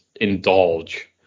indulge